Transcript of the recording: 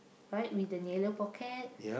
right with the pocket